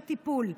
בטיפול.